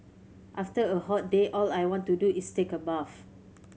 after a hot day all I want to do is take a bath